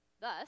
Thus